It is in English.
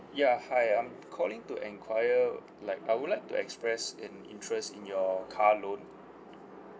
ya hi I'm calling to enquire like I would like to express an interest in your car loan